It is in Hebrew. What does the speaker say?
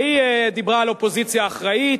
והיא דיברה על אופוזיציה אחראית,